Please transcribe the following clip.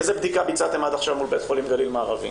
איזה בדיקה ביצעתם עד עכשיו מול בית חולים גליל מערבי?